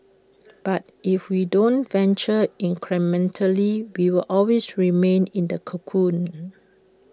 but if we don't venture incrementally we will always remain in the cocoon